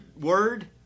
word